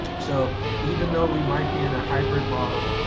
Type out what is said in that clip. so, even though we might be in a hybrid model,